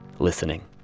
listening